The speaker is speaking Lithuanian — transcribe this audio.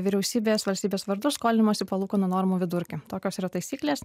vyriausybės valstybės vardu skolinimosi palūkanų normų vidurkį tokios yra taisyklės